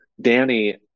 Danny